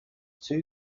two